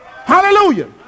Hallelujah